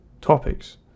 topics